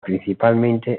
principalmente